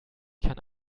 kann